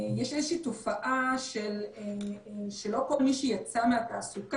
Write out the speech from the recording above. יש איזה שהיא תופעה שלא כל מי שיצא מהתעסוקה